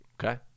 okay